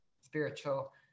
spiritual